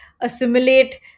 assimilate